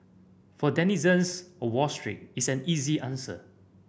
for denizens of Wall Street it's an easy answer